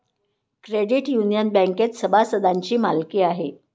credit union बँकेत सभासदांची मालकी आहे